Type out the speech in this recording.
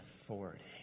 authority